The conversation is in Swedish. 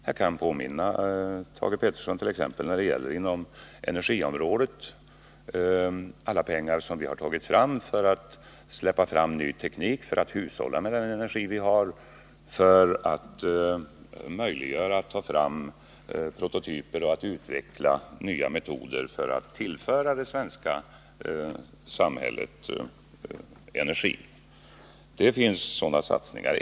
När det gäller t.ex. energiområdet kan jag påminna Thage Peterson om alla pengar som vi har tagit in för att släppa fram ny teknik, för att hushålla med den energi vi har och för att möjliggöra prototyper och utveckla nya metoder för att tillföra det svenska samhället energi.